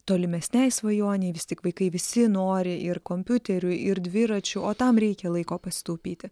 tolimesnei svajonei vis tik vaikai visi nori ir kompiuterių ir dviračių o tam reikia laiko pasitaupyti